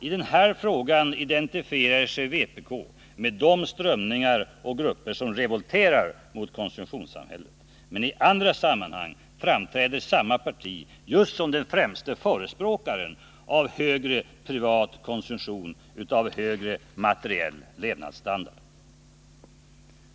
I den här frågan identifierar sig vpk med de strömningar och grupper som revolterar mot konsumtionssamhället, men i andra sammanhang framträder samma parti just som den främsta förespråkaren för högre privat konsumtion, för högre materiell levnadsstandard.